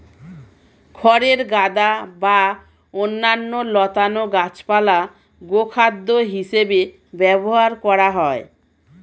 খড়ের গাদা বা অন্যান্য লতানো গাছপালা গোখাদ্য হিসেবে ব্যবহার করা হয়